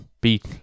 beat